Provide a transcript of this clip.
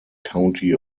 county